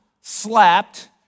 slapped